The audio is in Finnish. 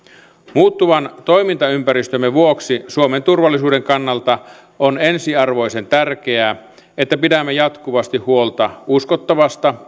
muuttuvan toimintaympäristömme vuoksi suomen turvallisuuden kannalta on ensiarvoisen tärkeää että pidämme jatkuvasti huolta uskottavasta